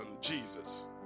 Jesus